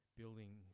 building